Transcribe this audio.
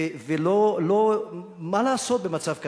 ומה לעשות במצב כזה?